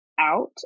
out